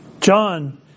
John